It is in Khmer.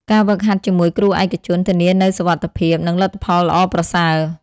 ការហ្វឹកហាត់ជាមួយគ្រូឯកជនធានានូវសុវត្ថិភាព និងលទ្ធផលល្អប្រសើរ។